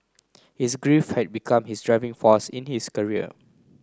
his grief had become his driving force in his career